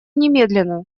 немедленно